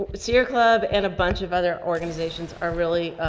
sierra club and a bunch of other organizations are really,